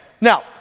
Now